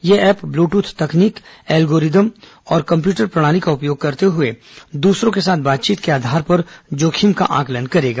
यह app Bluetooth तकनीक algorithm और कम्प्यूटर प्रणाली का उपयोग करते हुए दूसरों के साथ बातचीत के आधार पर जोखिम का आंकलन करेगा